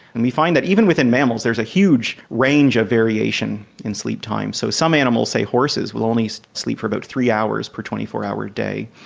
and we find that even within mammals there is a huge range of variation in sleep times. so some animals, say horses, will only so sleep for about three hours per twenty four hour day,